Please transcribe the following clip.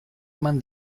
eman